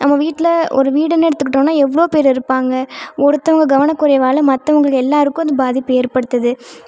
நம்ம வீட்டில் ஒரு வீடுன்னு எடுத்துக்கிட்டோன்னா எவ்வளோப் பேர் இருப்பாங்க ஒருத்தவங்க கவனக்குறைவால் மற்றவங்களுக்கு எல்லோருக்கும் அது பாதிப்பை ஏற்படுத்துது